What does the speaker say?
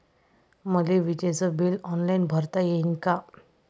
मले विजेच bill online भरता येईन का?